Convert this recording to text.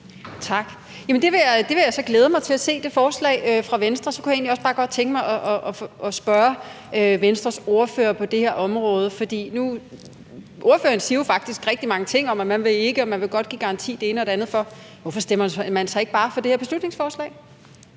Venstre vil jeg så glæde mig til at se. Så kunne jeg egentlig også bare godt tænke mig at spørge Venstres ordfører på det her område om noget. Ordføreren siger jo faktisk rigtig mange ting – hvad man ikke vil, og at man godt vil give garanti for det ene og det andet. Hvorfor stemmer man så ikke bare for det her beslutningsforslag?